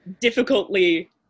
difficultly